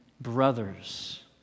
brothers